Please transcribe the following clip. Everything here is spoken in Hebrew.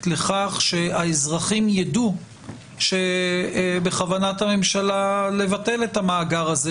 לכך שהאזרחים יידעו שבכוונת הממשלה לבטל את המאגר הזה